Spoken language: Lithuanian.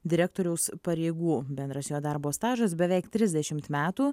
direktoriaus pareigų bendras jo darbo stažas beveik trisdešimt metų